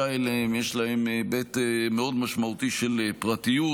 אליהם יש היבט מאוד משמעותי של פרטיות,